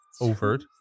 overt